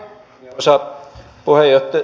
arvoisa puhemies